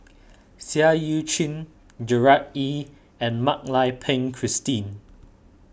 Seah Eu Chin Gerard Ee and Mak Lai Peng Christine